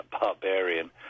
barbarian